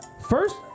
First